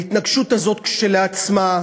ההתנגשות הזאת כשלעצמה,